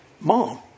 mom